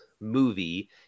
movie